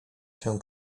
się